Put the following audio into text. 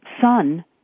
son